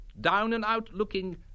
down-and-out-looking